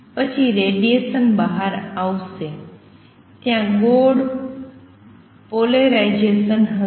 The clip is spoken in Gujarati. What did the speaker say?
પછી રેડીએશન બહાર આવશે ત્યાં ગોળ પોલેરાઈઝેસન હશે